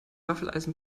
waffeleisen